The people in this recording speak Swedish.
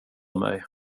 mig